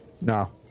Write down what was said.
No